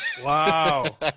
Wow